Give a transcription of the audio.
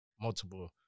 multiple